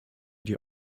die